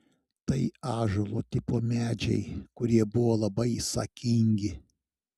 tai ąžuolo tipo medžiai kurie buvo labai sakingi